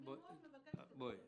אני מבקשת מאוד לקבל סיוע.